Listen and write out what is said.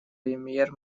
премьер